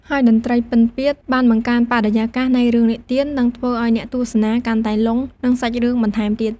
ហើយតន្ត្រីពិណពាទ្យបានបង្កើនបរិយាកាសនៃរឿងនិទាន និងធ្វើឲ្យអ្នកទស្សនាកាន់តែលង់នឹងសាច់រឿងបន្ថែមទៀត។